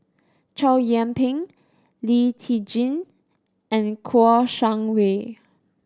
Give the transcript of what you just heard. Chow Yian Ping Lee Tjin and Kouo Shang Wei